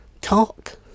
Talk